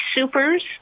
supers